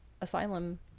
asylum